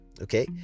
Okay